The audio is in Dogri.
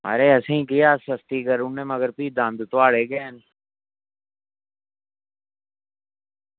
महाराज असें ई केह् ऐ अस सस्ती करी ओड़ने आं मगर फ्ही दंद थुआढ़े गै न